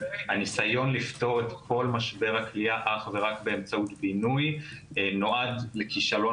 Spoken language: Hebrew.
הניסיון לפתור את כל משבר הכליאה אך ורק באמצעות בינוי נועד לכישלון